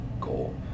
goal